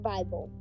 Bible